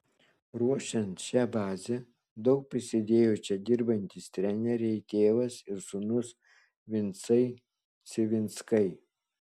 ruošiant šią bazę daug prisidėjo čia dirbantys treneriai tėvas ir sūnus vincai civinskai